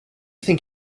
think